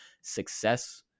success